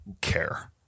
Care